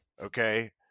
Okay